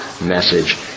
message